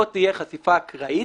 לא תהיה חשיפה אקראית.